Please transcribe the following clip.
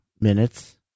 minutes